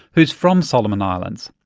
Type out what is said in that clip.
who's from solomon islands.